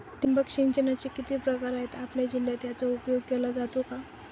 ठिबक सिंचनाचे किती प्रकार आहेत? आपल्या जिल्ह्यात याचा उपयोग केला जातो का?